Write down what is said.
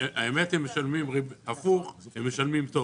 למען האמת, כשזה הפוך הם משלמים היטב.